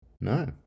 no